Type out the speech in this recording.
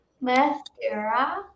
mascara